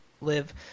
live